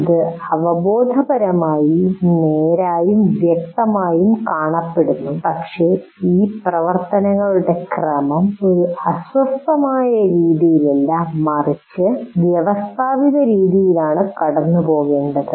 ഇത് അവബോധപരമായി നേരായും വ്യക്തമായും കാണപ്പെടുന്നു പക്ഷേ ഈ പ്രവർത്തനങ്ങളുടെ ക്രമം ഒരു അസ്വസ്ഥമായ രീതിയിലല്ല മറിച്ച് വ്യവസ്ഥാപിത രീതിയിലാണ് കടന്നുപോകേണ്ടത്